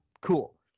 Cool